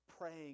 praying